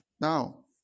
now